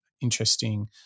interesting